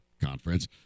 Conference